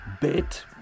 Bit